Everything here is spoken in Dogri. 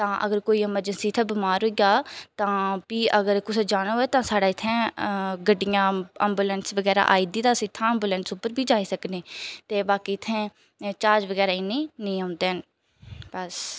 तां अगर कोई इमरजेंसी इ'त्थें बमार होई जा तां भी अगर कुसै जाना होऐ तां साढ़े इ'त्थें अ गड्डियां एबुलेंस बगैरा आई दी ते अस इ'त्थां एबुलेंस उप्पर बी जाई सकने ते बाकी इ'त्थें जहाज बगैरा इ'नें नेईं औंदे न बस